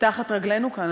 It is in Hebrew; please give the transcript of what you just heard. תחת רגלינו כאן.